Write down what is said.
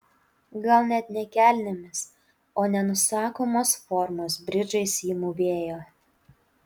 gal net ne kelnėmis o nenusakomos formos bridžais ji mūvėjo